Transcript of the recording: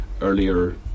earlier